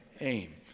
aim